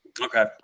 Okay